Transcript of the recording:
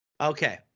Okay